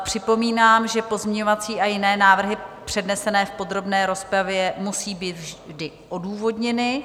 Připomínám, že pozměňovací a jiné návrhy přednesené v podrobné rozpravě musí být vždy odůvodněny.